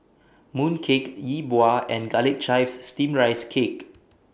Mooncake Yi Bua and Garlic Chives Steamed Rice Cake